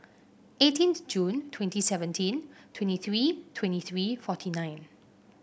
eighteenth Jun twenty seventeen twenty three twenty three forty nine